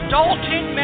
Dalton